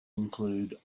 include